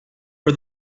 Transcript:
for